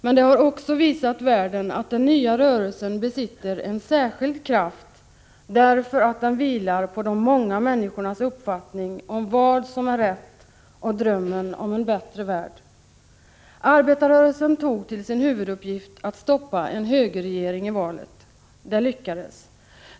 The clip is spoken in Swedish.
Men det har också visat världen att den nya rörelsen besitter en särskild kraft därför att den vilar på de många människornas uppfattning om vad som är rätt och drömmen om en bättre värld. Arbetarrörelsen tog till sin huvuduppgift att stoppa en högerregering i valet. Det lyckades.